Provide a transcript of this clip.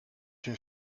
une